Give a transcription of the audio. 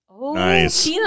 Nice